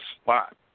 spot